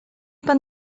pan